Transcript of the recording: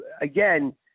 Again